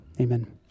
Amen